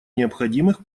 необходимых